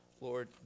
Lord